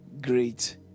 great